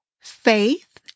faith